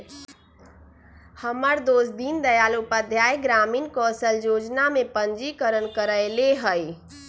हमर दोस दीनदयाल उपाध्याय ग्रामीण कौशल जोजना में पंजीकरण करएले हइ